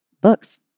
books